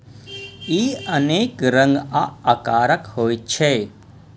ई अनेक रंग आ आकारक होइ छै